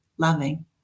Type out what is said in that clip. Loving